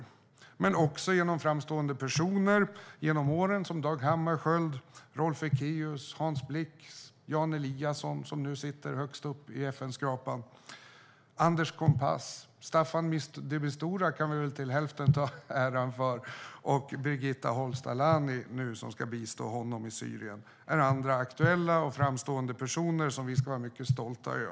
Andra personer som vi ska vara mycket stolta över och som har varit framstående genom åren är Dag Hammarskjöld, Rolf Ekéus och Hans Blix. Det gäller även aktuella och framstående personer som Jan Eliasson - som nu sitter högst upp i FN-skrapan - Anders Kompass, Staffan de Mistura - som vi väl till hälften kan ta åt oss äran för - och Birgitta Holst Alani - som nu ska bistå de Mistura i Syrien.